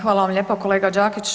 Hvala vam lijepa kolega Đakić.